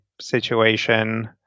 situation